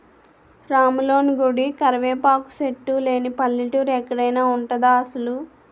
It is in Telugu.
రాములోని గుడి, కరివేపాకు సెట్టు లేని పల్లెటూరు ఎక్కడైన ఉంటదా అసలు?